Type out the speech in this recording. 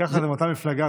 זה מאותה מפלגה.